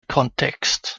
contexts